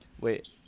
wait